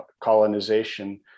colonization